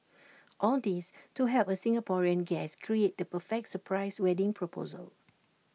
all this to help A Singaporean guest create the perfect surprise wedding proposal